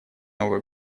новый